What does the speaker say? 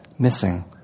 Missing